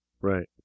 Right